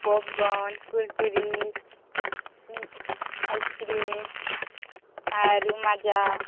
popcorn Kurkure ice cream ଆରୁ ମାଜା